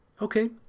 Okay